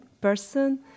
person